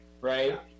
right